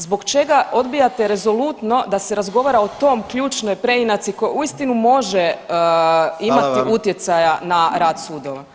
Zbog čega odbijate rezolutno da se razgovara o tom ključnoj preinaci koja uistinu može imati utjecaja [[Upadica: Hvala.]] na rad sudova?